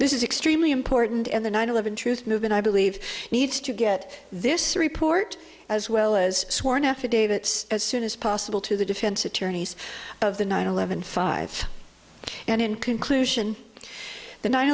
this is extremely important and the nine eleven truth movement i believe needs to get this report as well as sworn affidavits as soon as possible to the defense attorneys of the nine eleven five and in conclusion the nine